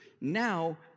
Now